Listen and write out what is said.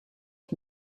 het